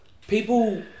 People